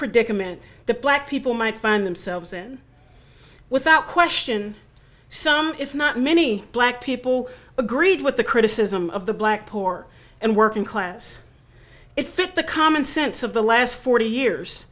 predicament the black people might find themselves in without question some if not many black people agreed with the criticism of the black poor and working class it fit the commonsense of the last forty years